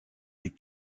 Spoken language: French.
des